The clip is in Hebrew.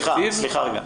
סליחה,